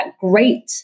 great